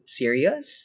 serious